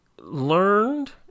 learned